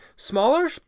Smaller